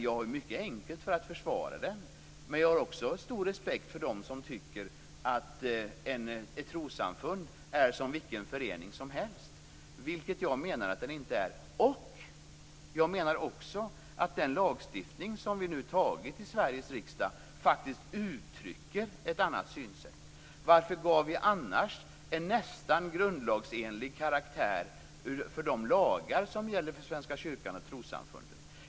Jag har mycket enkelt för att försvara den, men jag har också stor respekt för dem som tycker att ett trossamfund är som vilken förening som helst, vilket jag menar att det inte är. Jag menar också att den lagstiftning som vi nu antar i Sveriges riksdag faktiskt uttrycker ett annat synsätt. Varför gav vi annars en nästan grundlagsenlig karaktär för de lagar som gäller för Svenska kyrkan och trossamfunden?